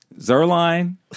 Zerline